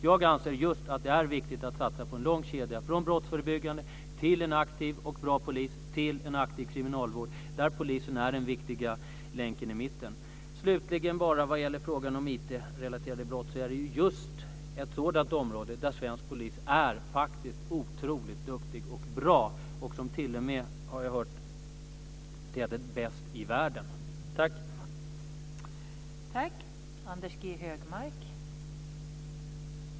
Jag anser att det är viktigt att satsa på en lång kedja från brottsförebyggande arbete till en aktiv och bra polis till en aktiv kriminalvård. Polisen är den viktiga länken i mitten. När det gäller frågan om IT-relaterade brott vill jag slutligen säga att detta är just ett sådant område där svensk polis faktiskt är otroligt duktig och bra. Man är t.o.m., har jag hört, bäst i världen.